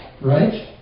Right